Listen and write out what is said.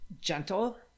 gentle